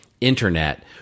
Internet